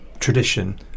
Tradition